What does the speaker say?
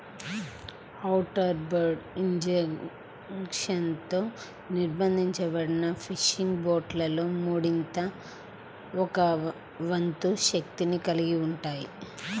outboard ఇంజన్లతో నిర్బంధించబడిన fishing బోట్లలో మూడింట ఒక వంతు శక్తిని కలిగి ఉంటాయి